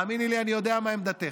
האמיני לי, אני יודע מה עמדתך,